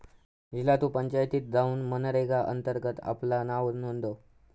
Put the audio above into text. झिला तु पंचायतीत जाउन मनरेगा अंतर्गत आपला नाव नोंदव